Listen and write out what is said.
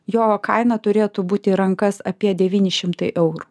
jo kaina turėtų būti į rankas apie devyni šimtai eurų